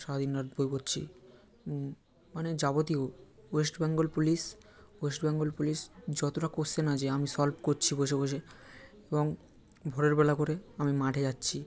সারা দিনরাত বই পড়ছি মানে যাবতীয় West Bengal police West Bengal police যতটা কোশ্চেন আছে আমি সলভ করছি বসে বসে এবং ভোরেরবেলা করে আমি মাঠে যাচ্ছি